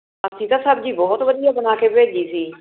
ਅਸੀਂ ਤਾ ਸਬਜ਼ੀ ਬਹੁਤ ਵਧੀਆ ਬਣਾ ਕੇ ਭੇਜੀ ਸੀ